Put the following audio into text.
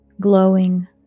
glowing